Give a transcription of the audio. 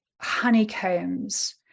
honeycombs